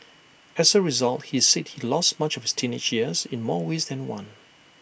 as A result he said he lost much of teenage years in more ways than one